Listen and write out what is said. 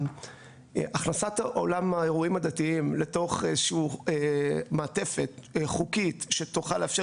הכנסת עולם האירועים הדתיים לתוך איזושהי מעטפת חוקית שתוכל לאפשר